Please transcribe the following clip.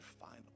final